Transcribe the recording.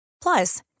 Plus